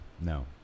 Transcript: No